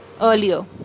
earlier